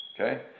Okay